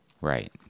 right